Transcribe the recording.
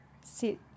sit